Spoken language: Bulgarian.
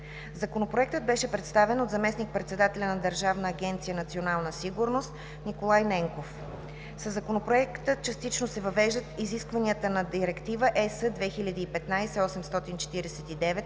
Законопроектът беше представен от заместник-председателя на Държавна агенция „Национална сигурност“ Николай Ненков. Със Законопроекта частично се въвеждат изискванията на Директива (ЕС) 2015/849